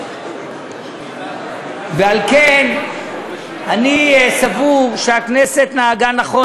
ועל כן אני סבור שהכנסת נהגה נכון,